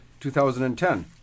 2010